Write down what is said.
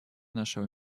нашего